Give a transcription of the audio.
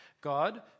God